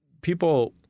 people